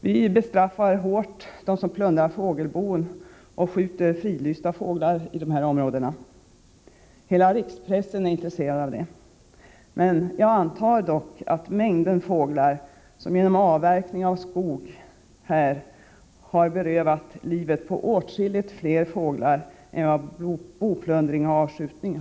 Vi bestraffar hårt dem som i de aktuella områdena plundrar fågelbon och skjuter fridlysta fåglar. Hela rikspressen är intresserad av dessa frågor. Jag antar dock att antalet fåglar som har berövats livet genom avverkning av skog är åtskilligt större än antalet som dödats genom boplundring och avskjutning.